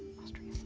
austria?